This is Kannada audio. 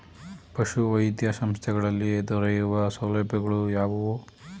ಪಶುವೈದ್ಯ ಸಂಸ್ಥೆಗಳಲ್ಲಿ ದೊರೆಯುವ ಸೌಲಭ್ಯಗಳು ಯಾವುವು?